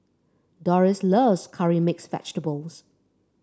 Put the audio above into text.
Doris loves Curry Mixed Vegetable